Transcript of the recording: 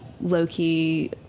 low-key